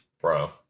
Bro